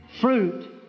Fruit